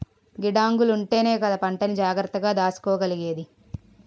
గిడ్డంగులుంటేనే కదా పంటని జాగ్రత్తగా దాసుకోగలిగేది?